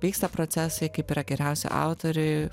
vyksta procesai kaip yra geriausia autoriui